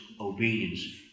obedience